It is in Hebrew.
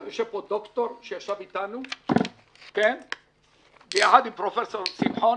יושב פה ד"ר שישב איתנו ביחד עם פרופ' שמחון.